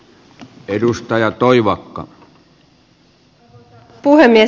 arvoisa puhemies